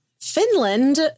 Finland